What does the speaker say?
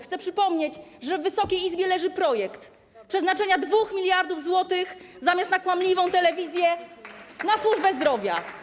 Chcę przypomnieć, że w Wysokiej Izbie leży projekt przeznaczenia 2 mld zł zamiast na kłamliwą telewizję na służbę zdrowia.